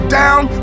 down